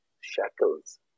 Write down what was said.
shackles